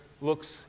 looks